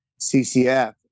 CCF